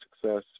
success